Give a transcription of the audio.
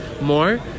more